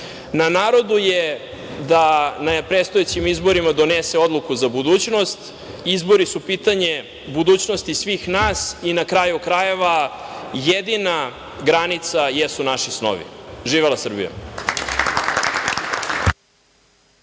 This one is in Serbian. Na narodu je da na predstojećim izborima donese odluku za budućnost. Izbori su pitanje budućnosti svih nas i, na kraju krajeva, jedina granica jesu naši snovi. Živela Srbija!